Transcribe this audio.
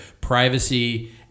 privacy